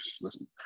listen